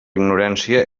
ignorància